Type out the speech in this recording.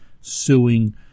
suing